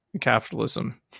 capitalism